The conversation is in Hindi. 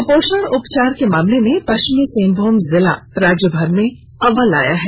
कृपोषण उपचार के मामले में पश्चिमी सिंहभूम जिला राज्यभर में अव्वल आया है